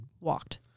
walked